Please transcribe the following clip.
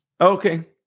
okay